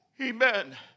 Amen